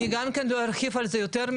אני לא ארחיב יותר מדי,